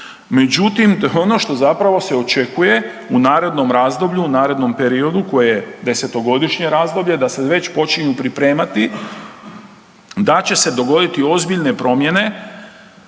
međutim, to je ono što zapravo se očekuje u narednom razdoblju u narednom periodu koji je desetogodišnje razdoblje da se već počinju pripremati da će se dogoditi ozbiljne promjene,